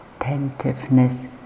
attentiveness